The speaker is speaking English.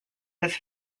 his